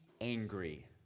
angry